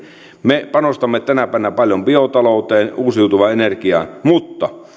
me panostamme tänä päivänä paljon biotalouteen uusiutuvaan energiaan mutta